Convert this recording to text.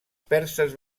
perses